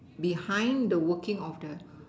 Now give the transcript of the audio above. behind the working of the